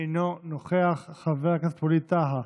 אינו נוכח, חבר הכנסת ווליד טאהא,